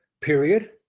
period